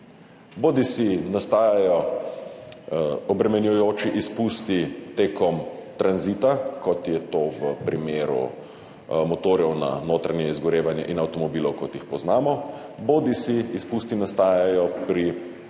bodisi nastajajo obremenjujoči izpusti med tranzitom, kot je to v primeru motorjev na notranje izgorevanje in avtomobilov, kot jih poznamo, bodisi izpusti nastajajo pri sami proizvodnji.